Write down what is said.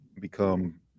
become